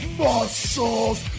muscles